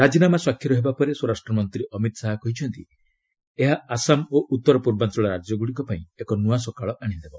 ରାଜିନାମା ସ୍ୱାକ୍ଷର ହେବା ପରେ ସ୍ୱରାଷ୍ଟ୍ରମନ୍ତ୍ରୀ ଅମିତ ଶାହା କହିଛନ୍ତି ଏହା ଆସାମ ଓ ଉତ୍ତରପୂର୍ବାଞ୍ଚଳ ରାଜ୍ୟଗୁଡ଼ିକ ପାଇଁ ଏକ ନ୍ନଆ ସକାଳ ଆଶିଦେବ